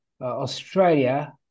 Australia